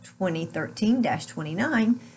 2013-29